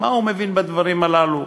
מה הוא מבין בדברים הללו?